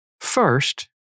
First